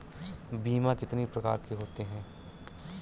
बीमा कितनी प्रकार के होते हैं?